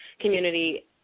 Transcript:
community